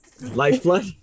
lifeblood